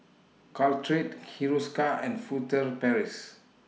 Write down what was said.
Caltrate Hiruscar and Furtere Paris